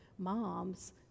moms